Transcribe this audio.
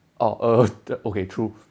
oh uh okay true